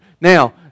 Now